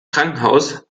krankenhaus